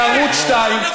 לערוץ 2,